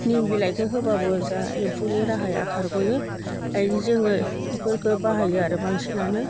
निम बिलाइखौ होबाबो जोंहा एम्फौनि राहाया खारग'यो ओंखायनो जोङो बेफोरखौ बाहायो आरो बांसिनानो